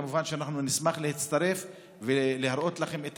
כמובן שאנחנו נשמח להצטרף ולהראות לכם את